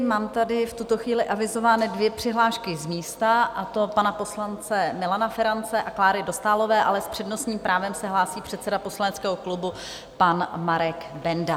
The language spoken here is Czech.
Mám tady v tuto chvíli avizovány dvě přihlášky z místa, a to pana poslance Milana Ferance a Kláry Dostálové, ale s přednostním právem se hlásí předseda poslaneckého klubu pan Marek Benda.